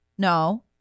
No